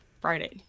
Friday